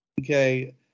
okay